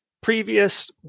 previous